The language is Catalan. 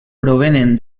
provenen